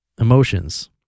emotions